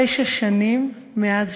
תשע שנים מאז